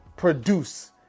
produce